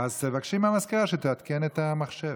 תבקשי מהמזכירה שתעדכן את המחשב.